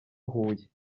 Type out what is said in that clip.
huye